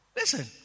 Listen